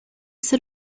ser